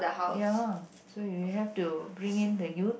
ya lah so you have to bring in the youth